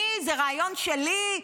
אני, זה רעיון שלי.